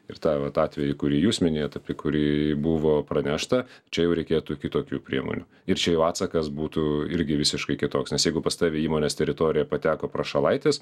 ir tą vat atvejį kurį jūs minėjot apie kurį buvo pranešta čia jau reikėtų kitokių priemonių ir čia jau atsakas būtų irgi visiškai kitoks nes jeigu pas tave į įmonės teritoriją pateko prašalaitis